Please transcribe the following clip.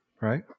right